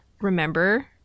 remember